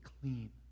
clean